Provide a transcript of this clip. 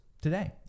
today